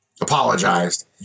apologized